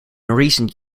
recent